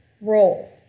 role